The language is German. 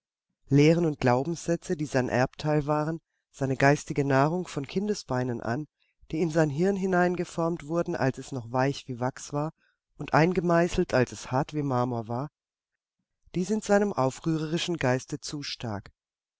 lehren und glaubenssätze die sein erbteil waren seine geistige nahrung von kindesbeinen an die in sein hirn hineingeformt wurden als es noch weich wie wachs war und eingemeißelt als es hart wie marmor war die sind seinem aufrührerischen geiste zu stark